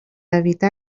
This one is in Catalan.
evitar